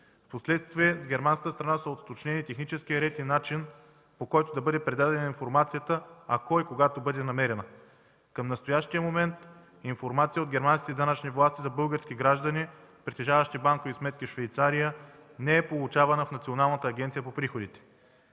Впоследствие в германската страна са уточнени техническият ред и начин, по който да бъде предадена информацията, ако и когато бъде намерена. Към настоящия момент информация от германските данъчни власти за български граждани, притежаващи банкови сметки в Швейцария, не е получавана в Националната агенция за приходите.